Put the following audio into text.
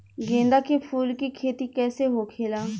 गेंदा के फूल की खेती कैसे होखेला?